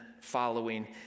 following